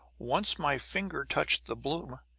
once my finger touched the bloom,